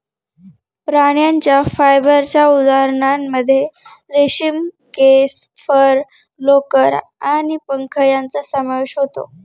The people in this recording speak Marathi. प्राण्यांच्या फायबरच्या उदाहरणांमध्ये रेशीम, केस, फर, लोकर आणि पंख यांचा समावेश होतो